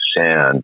sand